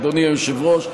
אדוני היושב-ראש,